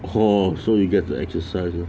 oh so you get to exercise ah